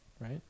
right